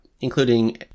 including